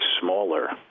smaller